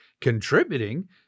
contributing